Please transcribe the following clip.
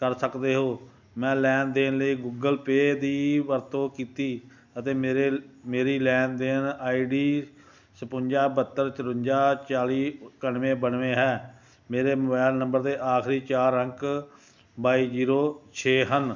ਕਰ ਸਕਦੇ ਹੋ ਮੈਂ ਲੈਣ ਦੇਣ ਲਈ ਗੂਗਲ ਪੇਅ ਦੀ ਵਰਤੋਂ ਕੀਤੀ ਅਤੇ ਮੇਰੇ ਮੇਰੀ ਲੈਣ ਦੇਣ ਆਈ ਡੀ ਛਪੰਜਾ ਬਹੱਤਰ ਚੁਰੰਜਾ ਚਾਲੀ ਇਕਾਨਵੇਂ ਬਾਨਵੇਂ ਹੈ ਮੇਰੇ ਮੋਬੈਲ ਨੰਬਰ ਦੇ ਆਖਰੀ ਚਾਰ ਅੰਕ ਬਾਈ ਜੀਰੋ ਛੇ ਹਨ